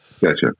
Gotcha